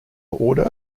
order